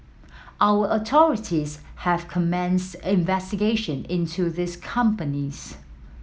our authorities have commenced investigation into these companies